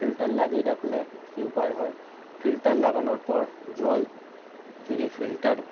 filter লাগিয়ে রাখলে কি উপায় হয় ফিল্টার লাগানোর পর জল যদি ফিল্টার